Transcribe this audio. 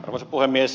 arvoisa puhemies